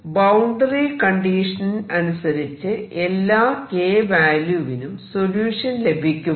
boundary condition അനുസരിച്ചു എല്ലാ k വാല്യൂവിനും സൊല്യൂഷൻ ലഭിക്കുമോ